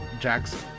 Jackson